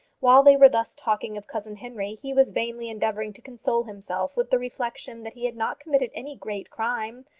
while they were thus talking of cousin henry, he was vainly endeavouring to console himself with the reflection that he had not committed any great crime,